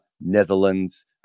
Netherlands